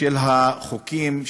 של החוקים: